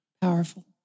Powerful